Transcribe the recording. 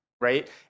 right